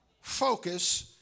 Focus